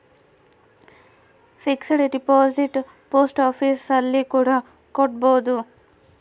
fixed deposit post office ಅಲ್ಲಿ ಕೂಡ ಕಟ್ಬೋದು